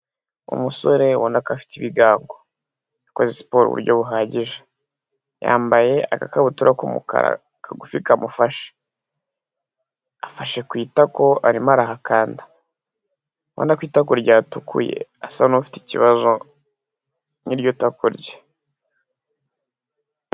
Umusore ubona ko afite ibigango yakoze siporo mu buryo buhagije, yambaye agakabutura k'umukara kagufi kamufashe, afashe ku itako arimo arahakanda, urabona ko itako ryatukuye asa n'ufite ikibazo muri iryo tako rye.